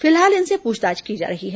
फिलहाल इनसे पूछताछ की जा रही है